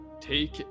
take